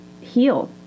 heal